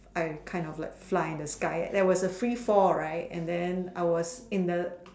I kind of like fly in the sky there was a free fall right and then I was in the